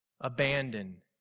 abandon